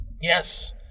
Yes